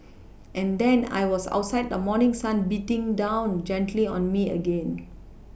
and then I was outside the morning sun beating down gently on me again